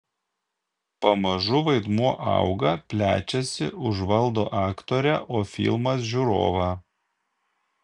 pamažu vaidmuo auga plečiasi užvaldo aktorę o filmas žiūrovą